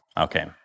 Okay